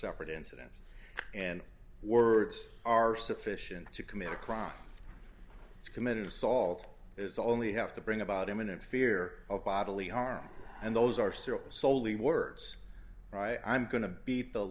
separate incidents and words are sufficient to commit a crime committed assault is only have to bring about imminent fear of bodily harm and those are still soley words right i'm going to be the